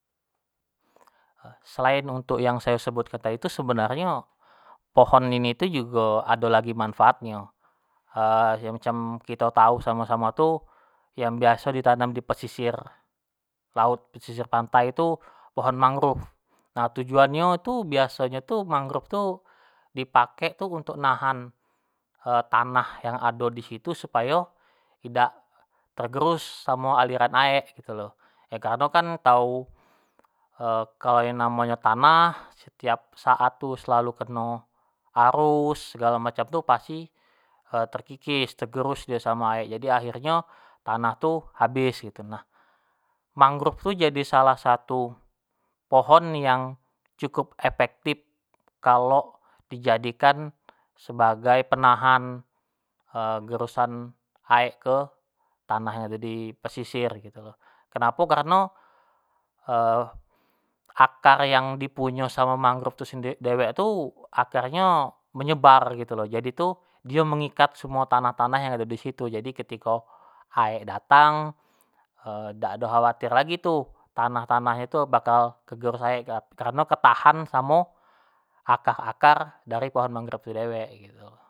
selain untuk yang sayo sebutkan tadi tu sebenarnyo, pohon ini tu jugo ado lagi manfaat nyo macam kito tau samo-samo tu yang biaso di tanam di pesisir laut, pesisir pantai itu pohon mangrove, nah tujuan nyo tu biasonyo mangrove tu di pakek tu untuk nahan tanah yang ado di situ supayo idak tergerus samo aliran aek gitu lo, yo kareno kan tau kalo yang namo nyo tanah setiap saat tu selalu keno arus segalo macam tu pasti terkikis, tergerus dio samo aek jadi akhirnyo tanah tu habis gitu nah. Mangrove tu jadi salah satu pohon yang cukup efektif kalo dijadikan sebagai penahan gerusan aek ke tanah yang ado di pesisir gitu lo, kenapo kareno akar yang di punyo samo mangrove itu dewek tu akarnyo nyebar git lo, jadi tu di mengikat semuo tanah-tanah yang ado disitu, jadi ketiko aek datang dak do khawatir lagi lagi tu, tanah-tanah itu bakal tergerus aek kareno ketahan samo akar-akar dari pohon mangrove itu dewek gitu.